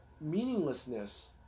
meaninglessness